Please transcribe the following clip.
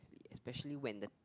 especially when the